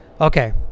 Okay